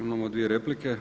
Imamo dvije replike.